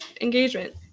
engagement